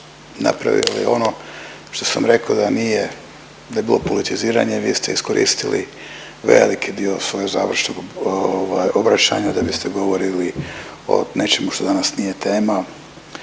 napravili ono što sam rekao da nije, da je bilo politiziranje. Vi ste iskoristili veliki dio u svojem završnom, ovaj obraćanju da biste govorili o nečemu što danas nije tema